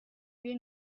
bir